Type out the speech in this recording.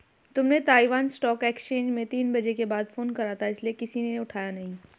तुमने Taiwan stock exchange में तीन बजे के बाद फोन करा था इसीलिए किसी ने उठाया नहीं